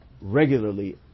regularly